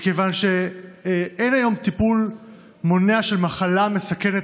מכיוון שאין היום טיפול מונע של מחלה מסכנת